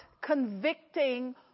convicting